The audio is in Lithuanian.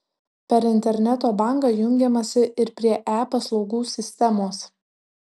per interneto banką jungiamasi ir prie e paslaugų sistemos